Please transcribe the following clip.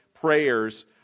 prayers